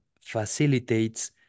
facilitates